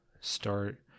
start